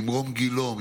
ממרום גילו,